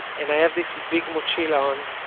and i have this big mochila on,